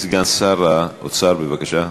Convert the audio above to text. אדוני סגן שר האוצר, בבקשה.